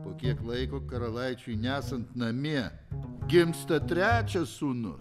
po kiek laiko karalaičiui nesant namie gimsta trečias sūnus